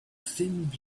thin